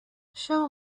show